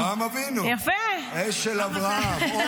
אברהם אבינו, אשל אברהם.